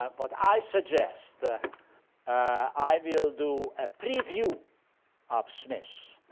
but but i suggest ah i will do a preview of smith